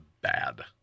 bad